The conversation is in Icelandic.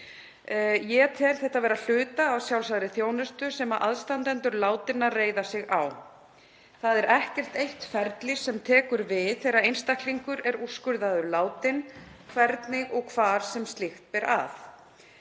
Ég tel þetta vera hluta af sjálfsagðri þjónustu sem aðstandendur látinna reiða sig á. Það er ekkert eitt ferli sem tekur við þegar einstaklingur er úrskurðaður látinn, hvernig sem og hvar sem slíkt ber að.